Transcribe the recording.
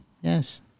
Yes